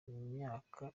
imyaka